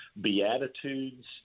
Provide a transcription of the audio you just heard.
Beatitudes